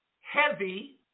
heavy